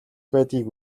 байдгийг